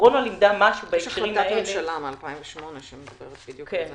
יש החלטת ממשלה מ-2008 שמדברת בדיוק על זה.